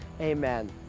amen